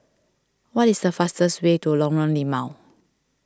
what is the fastest way to Lorong Limau